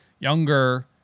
younger